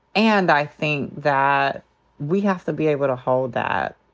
and i think that we have to be able to hold that.